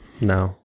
No